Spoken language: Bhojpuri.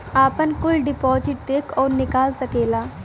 आपन कुल डिपाजिट देख अउर निकाल सकेला